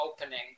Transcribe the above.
opening